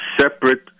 separate